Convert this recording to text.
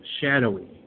shadowy